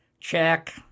Check